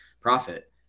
profit